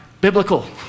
biblical